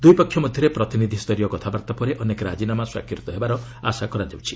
ଦୁଇ ପକ୍ଷ ମଧ୍ୟରେ ପ୍ରତିନିଧିଷ୍ଠରୀୟ କଥାବାର୍ତ୍ତା ପରେ ଅନେକ ରାଜିନାମା ସ୍ୱାକ୍ଷରିତ ହେବାର ଆଶା କରାଯାଉଛି